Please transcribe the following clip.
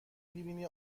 میبینی